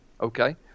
okay